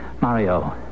Mario